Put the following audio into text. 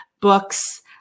books